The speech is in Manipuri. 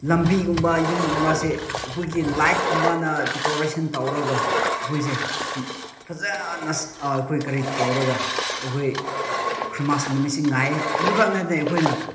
ꯂꯝꯕꯤꯒꯨꯝꯕ ꯌꯨꯝꯒꯨꯝꯕꯁꯦ ꯑꯩꯈꯣꯏꯒꯤ ꯂꯥꯏꯠꯀꯨꯝꯕꯅ ꯗꯦꯀꯣꯔꯦꯁꯟ ꯇꯧꯔꯒ ꯑꯩꯈꯣꯏꯁꯦ ꯐꯖꯅ ꯑꯩꯈꯣꯏ ꯀꯔꯤ ꯇꯧꯔꯒ ꯑꯩꯈꯣꯏ ꯈ꯭ꯔꯤꯁꯃꯥꯁ ꯅꯨꯃꯤꯠꯁꯦ ꯉꯥꯏꯌꯦ ꯑꯗꯨꯈꯛ ꯅꯠꯇꯦ ꯑꯩꯈꯣꯏꯅ